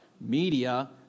media